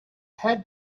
had